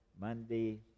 Monday